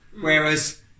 Whereas